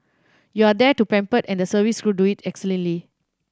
you are there to pampered and the service crew do it excellently